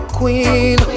queen